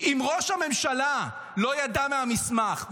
אם ראש הממשלה לא ידע מהמסמך,